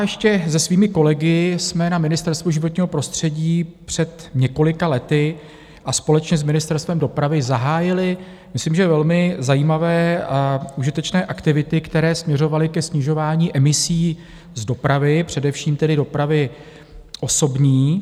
Ještě se svými kolegy jsme na Ministerstvu životního prostředí před několika lety a společně s Ministerstvem dopravy zahájili myslím, že velmi zajímavé a užitečné aktivity, které směřovaly ke snižování emisí z dopravy, především tedy dopravy osobní.